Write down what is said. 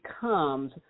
becomes